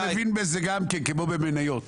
הוא מבין בזה גם כן כמו במניות.